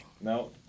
No